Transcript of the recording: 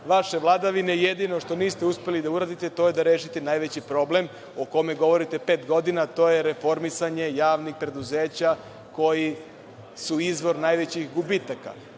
vaše vladavine jedino što niste uspeli da uradite to je da rešite najveći problem o kome govorite pet godina – reformisanje javnih preduzeća koji su izvor najvećih gubitaka.